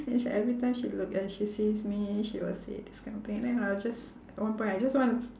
then she every time she look and she sees me she will say this kind of thing and then I'll just at one point I just want